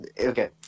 okay